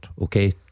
Okay